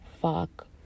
fuck